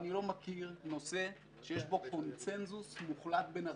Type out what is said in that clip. אני לא מכיר נושא שיש בו קונסנזוס מוחלט בין הרשויות.